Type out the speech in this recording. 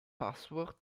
password